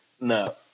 no